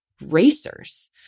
racers